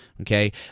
Okay